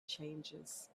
changes